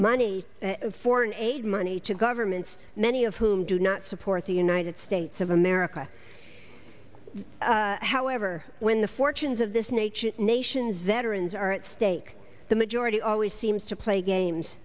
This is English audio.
money of foreign aid money to governments many of whom do not support the united states of america however when the fortunes of this nature nation's veterans are at stake the majority always seems to play games